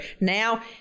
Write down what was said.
Now